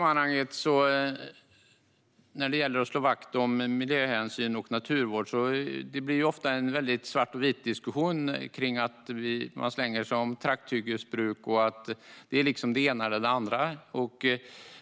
När det gäller att slå vakt om miljöhänsyn och naturvård blir det ofta en väldigt svart eller vit diskussion om trakthyggesbruk, att det liksom är det ena eller det andra.